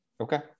Okay